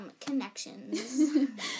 connections